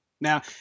Now